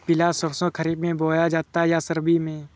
पिला सरसो खरीफ में बोया जाता है या रबी में?